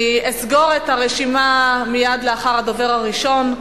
אני אסגור את הרשימה מייד לאחר הדובר הראשון.